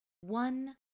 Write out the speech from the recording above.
one